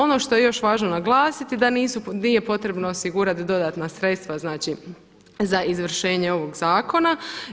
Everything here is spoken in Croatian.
Ono što je još važno naglasiti da nije potrebno osigurati dodatna sredstva znači za izvršenje ovog zakona.